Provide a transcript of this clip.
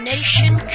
Nation